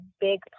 big